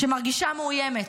שמרגישה מאוימת,